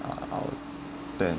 uh than